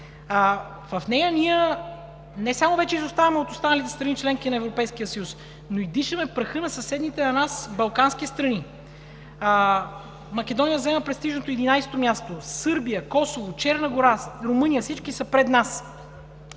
В нея ние не само вече изоставаме от останалите страни – членки на Европейския съюз, но и дишаме праха на съседните на нас балкански страни. Македония заема престижното 11 място, Сърбия, Косово, Черна гора, Румъния – всички са пред нас.